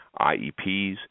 IEPs